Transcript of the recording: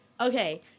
Okay